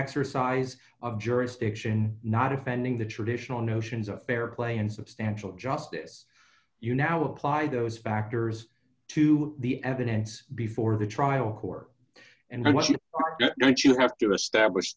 exercise of jurisdiction not offending the traditional notions of fair play and substantial justice you now apply those factors to the evidence before the trial court and what you don't you have to establish